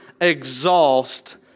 exhaust